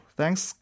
thanks